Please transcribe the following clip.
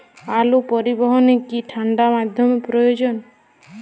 আলু পরিবহনে কি ঠাণ্ডা মাধ্যম প্রয়োজন?